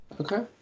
okay